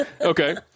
okay